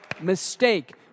mistake